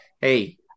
Hey